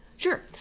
Sure